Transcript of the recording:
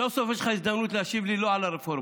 סוף-סוף יש לך הזדמנות להשיב לי לא על הרפורמה.